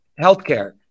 healthcare